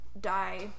die